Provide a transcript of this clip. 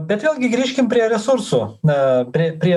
bet vėlgi grįžkim prie resursų na prie prie